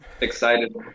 excited